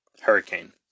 Hurricane